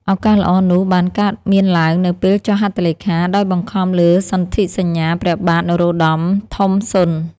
ឱកាសល្អនោះបានកើតមានឡើងនៅពេលចុះហត្ថលេខាដោយបង្ខំលើសន្ធិសញ្ញាព្រះបាទនរោត្តម ថុំសុន។